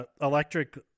electric